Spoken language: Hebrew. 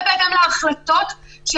כשיש לנו טענות, אנחנו באים לפוליטיקאים.